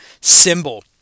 symbol